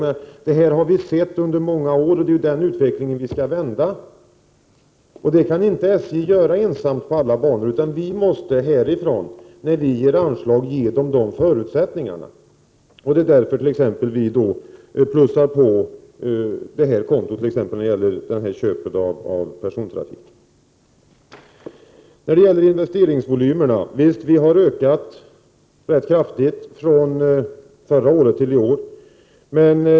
Denna utveckling har vi sett under många år, och det är den utvecklingen vi skall vända. Men det kan man inte göra själv inom SJ, utan riksdagen måste vid anslagsgivningen se till att SJ får resurser att vända denna utveckling. Det är därför vi vill plussa på anslaget för köp av persontrafik. Det är riktigt att investeringsvolymen ökar kraftigt jämfört med förra året.